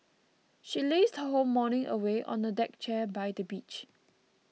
she lazed her whole morning away on a deck chair by the beach